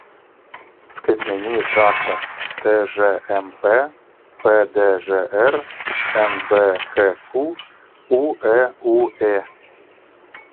skaitmeninis raktas tžmp pdžr nbkq ueūė